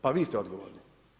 Pa vi ste odgovorni.